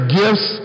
gifts